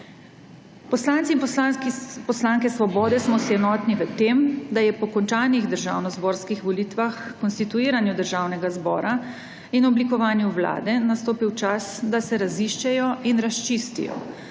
Poslanci in poslanke Svobode smo si enotni v tem, da je po končanih državnozborskih volitvah, konstituiranju Državnega zbora in oblikovanju Vlade nastopil čas, da se raziščejo in razčistijo